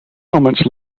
moments